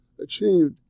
achieved